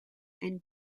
and